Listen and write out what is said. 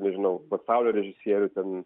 nežinau pasaulio režisierių ten